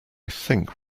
think